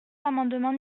l’amendement